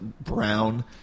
brown